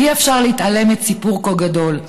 אי-אפשר להתעלם מציבור כה גדול.